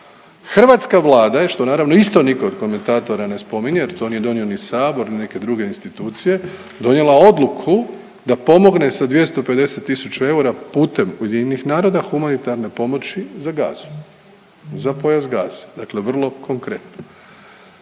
Hrvatska Vlada što naravno isto nitko od komentatora ne spominje jer to nije donio ni sabor, ni neke druge institucije donijela odluku da pomogne sa 250 tisuća eura putem UN-a humanitarne pomoći za Gazu, za pojas Gaze, dakle vrlo konkretno.